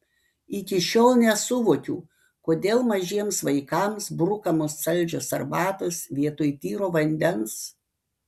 iki šiol nesuvokiu kodėl mažiems vaikams brukamos saldžios arbatos vietoj tyro vandens